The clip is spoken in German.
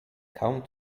kaum